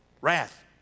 wrath